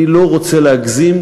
אני לא רוצה להגזים,